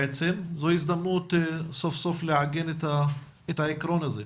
זו הזדמנות סוף סוף לעגן את העיקרון הזה.